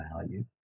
value